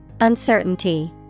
Uncertainty